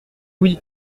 oui